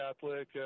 Catholic